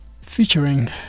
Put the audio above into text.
featuring